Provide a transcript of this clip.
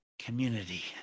community